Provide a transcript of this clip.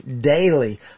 daily